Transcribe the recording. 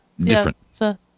Different